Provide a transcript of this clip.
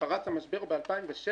כשפרץ המשבר ב-2007,